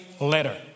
letter